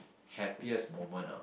happiest moment ah